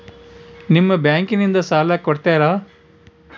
ನಿಮ್ಮ ಬ್ಯಾಂಕಿನಿಂದ ಸಾಲ ಕೊಡ್ತೇರಾ?